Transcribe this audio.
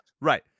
Right